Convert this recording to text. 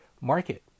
market